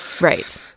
right